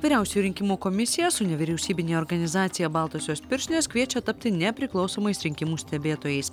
vyriausioji rinkimų komisija su nevyriausybine organizacija baltosios pirštinės kviečia tapti nepriklausomais rinkimų stebėtojais